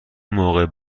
موقع